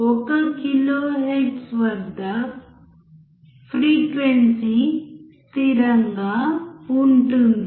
1 kilohertz వద్ద frequency స్థిరంగా ఉంటుంది